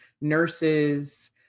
nurses